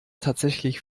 tatsächlich